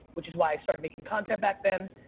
which is why i started making content back then.